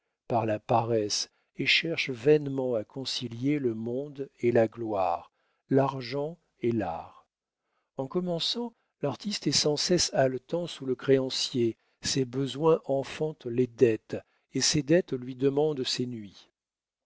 par la paresse et cherchent vainement à concilier le monde et la gloire l'argent et l'art en commençant l'artiste est sans cesse haletant sous le créancier ses besoins enfantent les dettes et ses dettes lui demandent ses nuits